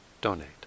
donate